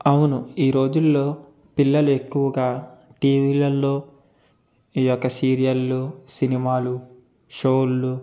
అవును ఈ రోజుల్లో పిల్లలు ఎక్కువగా టీవీలల్లో ఈ యొక సీరియళ్ళు సినిమాలు షోళ్ళు